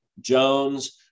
Jones